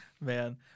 Man